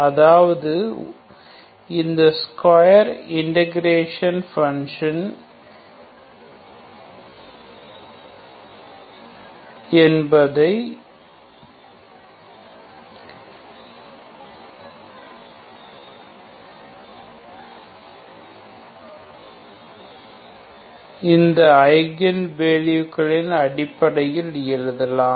அதாவது இந்த square integral function f என்பதை இந்த ஐகன் வேல்யூஸ்களின் அடிப்படையில் எழுதலாம்